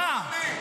לא, אני עונה.